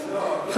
נוכח,